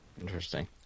Interesting